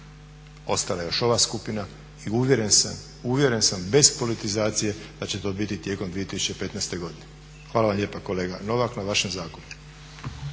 ostalo je još ova skupina i uvjeren sam bez politizacije da će to biti tijekom 2015.godine. Hvala vam lijepa kolega Novak na vašem zakonu.